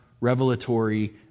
revelatory